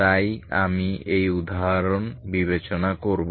তাই আমি এই উদাহরণ বিবেচনা করব